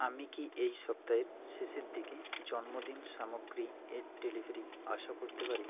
আমি কি এই সপ্তাহের শেষের দিকে জন্মদিন সামগ্রী এর ডেলিভারি আশা করতে পারি